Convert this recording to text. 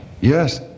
Yes